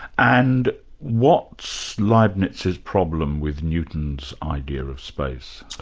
and what's leibnitz's problem with newton's idea of space?